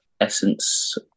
essence